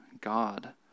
God